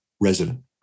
resident